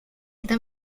está